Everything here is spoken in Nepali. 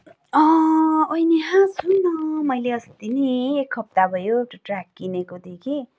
ओेए नेहा सुन् न मैले अस्ति नि एक हप्ता भयो त्यो ट्र्याक किनेको थिएँ कि